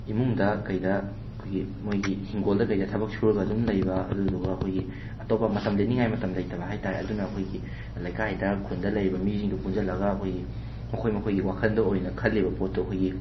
ꯏꯃꯨꯡꯗ ꯀꯩꯗ ꯑꯩꯈꯣꯏꯒꯤ ꯃꯣꯏꯒꯤ ꯏꯪꯈꯣꯜꯗ ꯀꯩꯗ ꯊꯕꯛ ꯁꯨꯔꯒ ꯑꯗꯨꯝ ꯂꯩꯕ ꯑꯗꯨꯗꯨꯒ ꯑꯩꯈꯣꯏꯒꯤ ꯑꯇꯣꯞꯄ ꯃꯇꯝ ꯂꯦꯟꯅꯤꯡꯉꯥꯏ ꯃꯇꯝ ꯂꯩꯇꯕ ꯍꯥꯏꯕ ꯇꯥꯔꯦ ꯑꯗꯨꯅ ꯑꯩꯈꯣꯏꯒꯤ ꯂꯩꯀꯥꯏꯗ ꯈꯨꯟꯗ ꯂꯩꯔꯤꯕ ꯃꯤꯁꯤꯡꯗꯨ ꯄꯨꯟꯁꯤꯜꯂꯒ ꯑꯩꯈꯣꯏꯒꯤ ꯃꯈꯣꯏ ꯃꯈꯣꯏꯒꯤ ꯋꯥꯈꯟꯗꯣ ꯑꯣꯏꯅ ꯈꯜꯂꯤꯕ ꯄꯣꯠꯇꯣ ꯑꯩꯈꯣꯏꯒꯤ